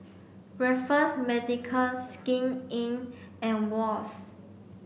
Raffles Medical Skin Inc and Wall's